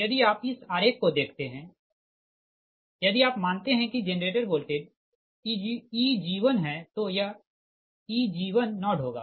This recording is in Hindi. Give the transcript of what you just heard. यदि आप इस आरेख को देखते है यदि आप मानते है कि जेनरेटर वोल्टेज Eg1 है तो यह Eg10 होगा